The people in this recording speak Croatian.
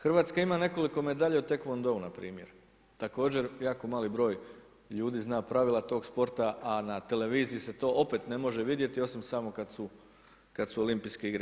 Hrvatska ima nekoliko medalja u taekwondou na primjer, također jako mali broj ljudi zna pravila tog sporta, a na televiziji se to opet ne može vidjeti osim samo kada su olimpijske igre.